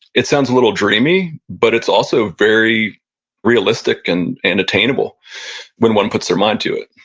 it sounds a little dreamy, but it's also very realistic and and attainable when one puts their mind to it.